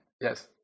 Yes